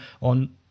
on